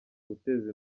guteza